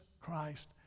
Christ